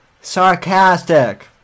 sarcastic